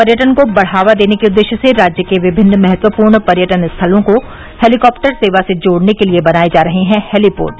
पर्यटन को बढ़ावा देने के उद्देश्य से राज्य के विभिन्न महत्वपूर्ण पर्यटन स्थलों को हेलीकॉप्टर सेवा से जोड़ने के लिये बनाए जा रहे हैं हेलीपोर्ट